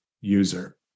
user